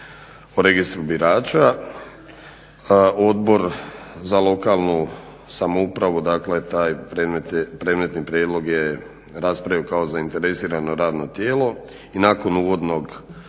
o registru birača, a Odbor za lokalnu samoupravu taj predmetni prijedlog je raspravio kao zainteresirano radno tijelo. I nakon uvodnog